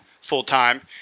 full-time